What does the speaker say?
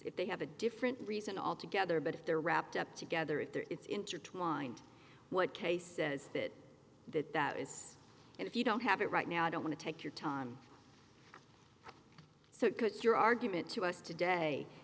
if they have a different reason altogether but if they're wrapped up together if they're it's intertwined what kay says that that that is and if you don't have it right now i don't want to take your time so because your argument to us today